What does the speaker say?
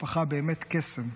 משפחה באמת קסם.